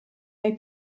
hai